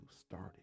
started